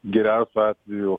geriausiu atveju